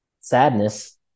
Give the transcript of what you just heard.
sadness